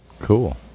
Cool